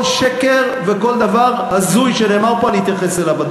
כל שקר וכל דבר הזוי שנאמר פה אני אתייחס אליו,